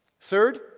Third